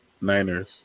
Niners